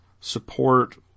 support